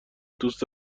دوست